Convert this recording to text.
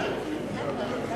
סעיפים 1 3 נתקבלו.